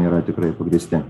yra tikrai pagrįsti